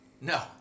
no